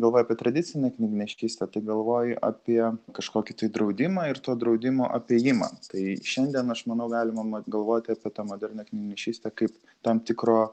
galvoji apie tradicinę knygnešystę tai galvoji apie kažkokį tai draudimą ir to draudimo apėjimą tai šiandien aš manau galima galvoti apie tą modernią knygnešystę kaip tam tikro